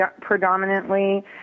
predominantly